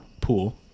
pool